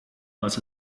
was